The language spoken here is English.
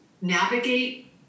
navigate